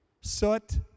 soot